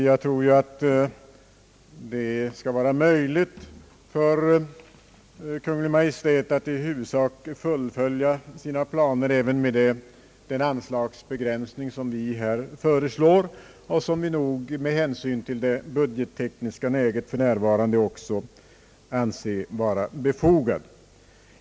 Jag tror att det skall vara möjligt för Kungl. Maj:t att i huvudsak fullfölja sina planer även med den anslagsbegränsning som vi här föreslår och som vi med hänsyn till det budgettekniska läget för närvarande också anser vara befogad.